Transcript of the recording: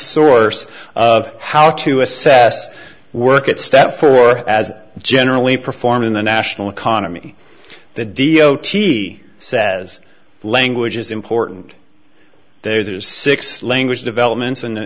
source of how to assess work at step four as generally performed in the national economy the d o t says language is important there's six language developments and